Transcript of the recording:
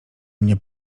mnie